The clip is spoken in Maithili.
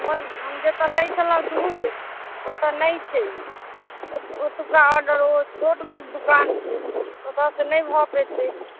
हम जतय लै छलहुॅं दूध ओतो नहि छै ओतुका ऑर्डर ओ छोट मोट दोकान छी ओतोऽ से नहि भऽ पैतै